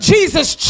Jesus